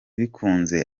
bikunze